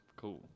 Cool